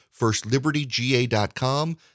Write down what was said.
FirstLibertyGA.com